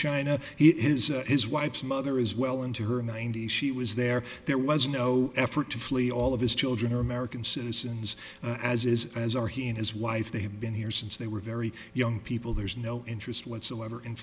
china it is his wife's mother is well into her ninety's she was there there was no effort to flee all of his children are american citizens as is as are he and his wife they have been here since they were very young people there is no interest whatsoever in